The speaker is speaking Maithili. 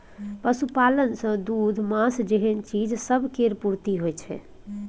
पशुपालन सँ दूध, माँस जेहन चीज सब केर पूर्ति होइ छै